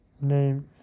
name